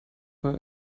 war